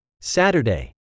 Saturday